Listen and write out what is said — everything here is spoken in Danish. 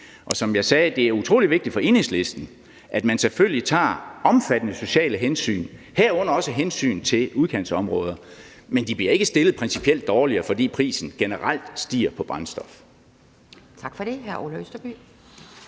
Og som jeg sagde, er det utrolig vigtigt for Enhedslisten, at man selvfølgelig tager omfattende sociale hensyn, herunder også hensyn til udkantsområder, men de bliver ikke stillet principielt dårligere, fordi prisen generelt stiger på brændstof. Kl. 11:56 Anden